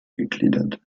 gegliedert